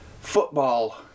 football